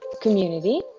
community